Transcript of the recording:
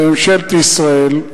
אל ממשלת ישראל,